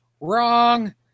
Wrong